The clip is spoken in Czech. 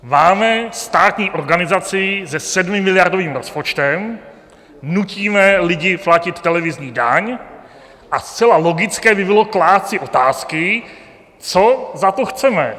Máme státní organizaci se sedmimiliardovým rozpočtem, nutíme lidi platit televizní daň a zcela logické by bylo klást si otázky, co za to chceme?